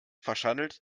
verschandelt